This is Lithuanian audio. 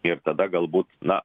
ir tada galbūt na